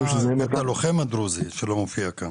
יש את בית הלוחם הדרוזי שלא מופיע כאן.